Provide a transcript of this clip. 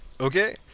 Okay